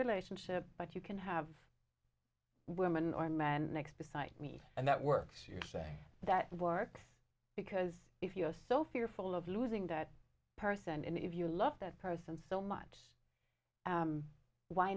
relationship but you can have women or men exposito me and that works you say that works because if you are so fearful of losing that person and if you love that person so much